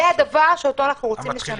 זה הדבר שאותו אנחנו רוצים לשנות.